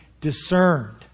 discerned